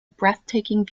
breathtaking